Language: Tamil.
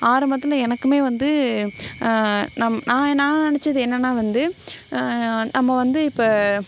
ஆரம்பத்தில் எனக்குமே வந்து நம் நா ஏ நான் நினைச்சது என்னென்னால் வந்து நம்ம வந்து இப்போ